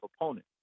opponent